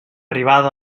arribada